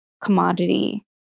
commodity